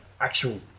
actual